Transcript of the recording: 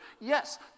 Yes